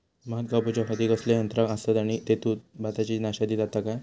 भात कापूच्या खाती कसले यांत्रा आसत आणि तेतुत भाताची नाशादी जाता काय?